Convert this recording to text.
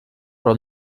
però